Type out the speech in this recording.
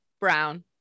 Brown